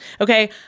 Okay